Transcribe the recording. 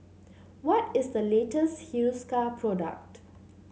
what is the latest Hiruscar product